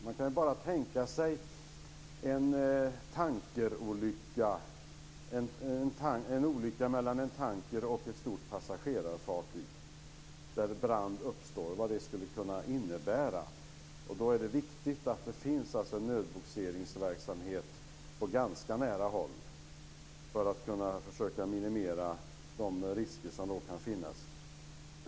Man kan bara tänka sig en tankerolycka, en olycka mellan en tanker och ett stort passagerarfartyg där brand uppstår. Man kan tänka sig vad det skulle kunna innebära. Då är det viktigt att det finns en nödbogseringsverksamhet på ganska nära håll för att försöka minimera de risker som kan finnas.